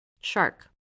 Shark